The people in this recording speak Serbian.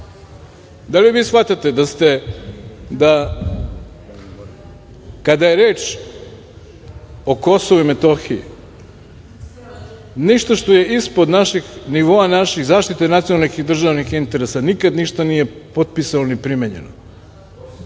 da li vi shvatate da ste da kada je reč o Kosovu i Metohiji ništa što je ispod našeg nivoa, nivoa naše zaštite nacionalnih i državnih interesa nikada ništa nije potpisano ni primenjeno